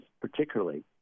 particularly